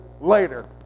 Later